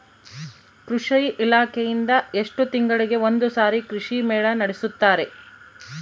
ಕೃಷಿ ಇಲಾಖೆಯಿಂದ ಎಷ್ಟು ತಿಂಗಳಿಗೆ ಒಂದುಸಾರಿ ಕೃಷಿ ಮೇಳ ನಡೆಸುತ್ತಾರೆ?